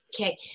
Okay